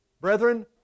Brethren